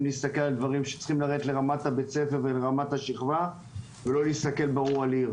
להסתכל על הדברים שצריכים לרדת לרמת בית הספר ולרמת השכבה ולא להסתכל על עיר